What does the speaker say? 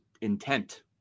intent